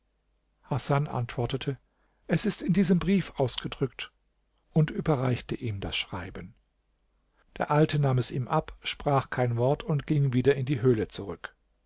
hasan antwortete es ist in diesem brief ausgedrückt und überreichte ihm das schreiben der alte nahm es ihm ab sprach kein wort und ging wieder in die höhle zurück